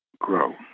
grow